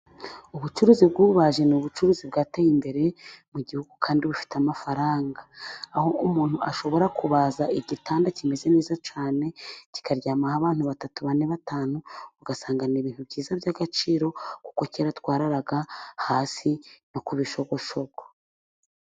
Ubucuruzi bw'ububaji ni ubucuruzi bwateye imbere mu gihugu ,kandi bufite amafaranga ,aho umuntu ashobora kubaza igitanda kimeze neza cyane ,kikaryamaho abantu batatu ,bane, batanu ,ugasanga ni ibintu byiza by'agaciro kuko kera twararaga hasi no ku bishogoshogo.